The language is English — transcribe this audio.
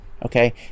Okay